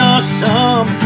Awesome